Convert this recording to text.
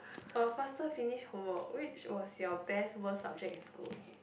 a faster finish homework which was your best worst subject in school okay